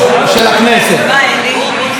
הצלחנו גם עתה,